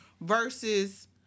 versus